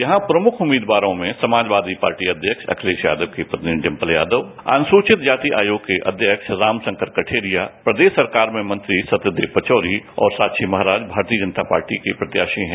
यहां प्रमुख उम्मीदवारों में समाजवादी पार्टी अध्यक्ष अखिलेश यादव की पत्नी डिंगल यादव अनुसूचित जाति आयोग के अध्यक्ष राम शंकर कठेरिया प्रदेश सरकार में मंत्री सत्यदेव पचौरी और साक्षी महाराज भारतीय जनता पार्टी के प्रत्याशी हैं